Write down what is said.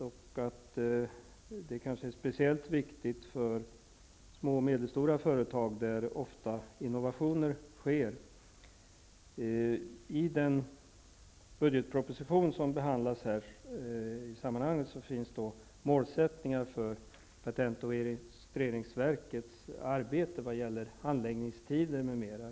De är kanske speciellt viktiga för små och medelstora företag där ofta innovationer sker. I den del av budgetpropositionen som behandlas i det här sammanhanget finns målsättningen för patentoch registreringsverkets arbete vad gäller handläggningstider m.m.